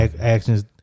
actions